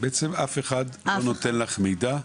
בעצם אף אחד לא נותן לך מידע.